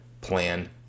plan